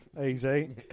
Easy